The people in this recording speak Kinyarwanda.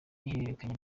ihererekanya